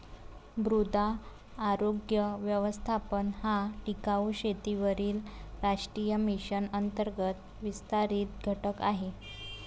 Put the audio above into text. मृदा आरोग्य व्यवस्थापन हा टिकाऊ शेतीवरील राष्ट्रीय मिशन अंतर्गत विस्तारित घटक आहे